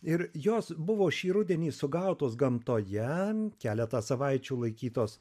ir jos buvo šį rudenį sugautos gamtoje ar keletą savaičių laikytos